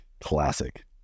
Classic